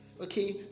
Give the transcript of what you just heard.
Okay